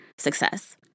success